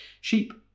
Sheep